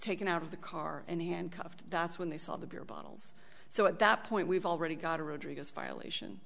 taken out of the car and handcuffed that's when they saw the beer bottles so at that point we've already got a